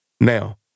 Now